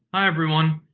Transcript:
hi, everyone.